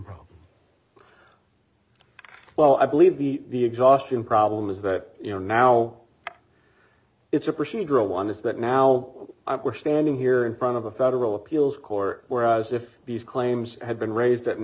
well i believe the exhaustion problem is that you know now it's a procedural one is that now we're standing here in front of a federal appeals court whereas if these claims have been raised at an